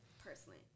Personally